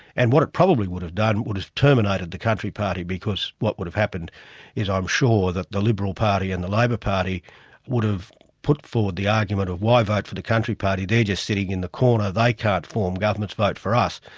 and what it probably would have done, would have terminated the country party, because what would have happened is, i'm sure, that the liberal party and the labor party would have put forward the argument of why vote for the country party, they're just sitting in the corner, they can't form governments, vote for us.